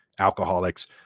alcoholics